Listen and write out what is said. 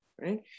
right